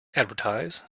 advertise